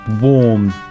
warm